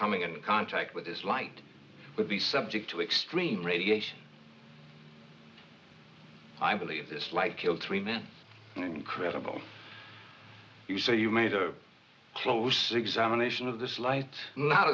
coming into contact with this light would be subject to extreme radiation i believe this light killed three men in incredible you so you made a close examination of this light not